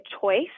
choice